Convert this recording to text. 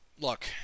Look